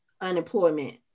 unemployment